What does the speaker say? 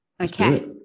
okay